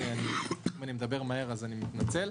אם אני מדבר מהר, אז אני מנצל.